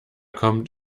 kommt